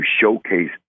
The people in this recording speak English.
showcase